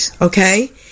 okay